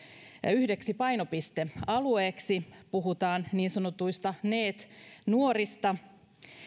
yhdeksi painopistealueeksi puhutaan niin sanotuista neet nuorista